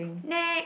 next